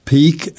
Peak